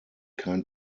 kein